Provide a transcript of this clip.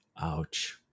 Ouch